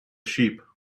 sheep